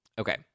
Okay